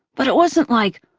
but it wasn't like,